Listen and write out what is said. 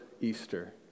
Easter